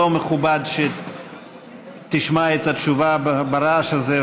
לא מכובד שתשמע את התשובה ברעש הזה,